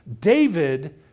David